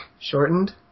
shortened